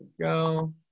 go